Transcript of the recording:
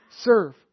serve